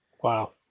Wow